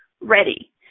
ready